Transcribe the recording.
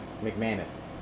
McManus